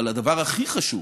אבל הדבר הכי חשוב